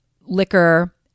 liquor